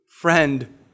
Friend